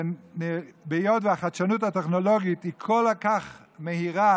והיות שהחדשנות הטכנולוגית היא כל כך מהירה,